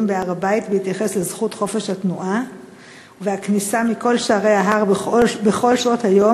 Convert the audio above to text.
בהר-הבית בהתייחס לזכות חופש התנועה והכניסה מכל שערי ההר בכל שעות היום,